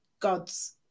gods